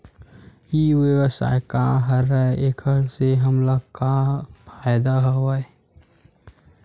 ई व्यवसाय का हरय एखर से हमला का फ़ायदा हवय?